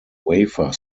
wafer